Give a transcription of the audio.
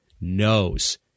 knows